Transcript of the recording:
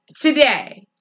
Today